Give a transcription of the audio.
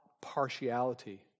partiality